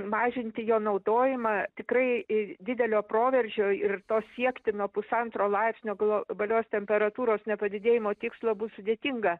mažinti jo naudojimą tikrai didelio proveržio ir to siekti nuo pusantro laipsnio globalios temperatūros nepadidėjimo tikslo bus sudėtinga